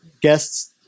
guests